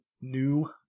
new